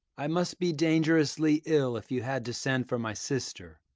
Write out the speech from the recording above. i must be dangerously ill if you had to send for my sister.